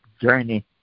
journey